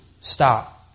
stop